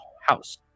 house